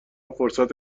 فرصت